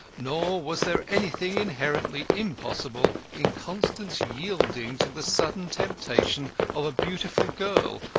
nor was there anything inherently impossible in constant's yielding to the sudden temptation of a beautiful girl,